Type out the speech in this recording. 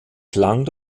klang